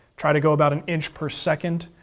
try to go about an inch per second.